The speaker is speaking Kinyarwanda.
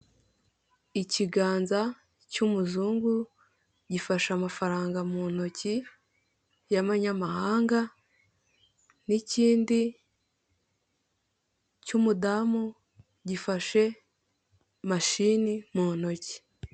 Ikiganza cy'umuzungu gifashe amafaranga mu ntoki y'amanyamahanga n'ikindi cy'umudamu gifashe mashini mu ntoki.